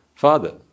Father